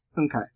Okay